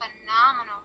phenomenal